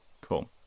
Cool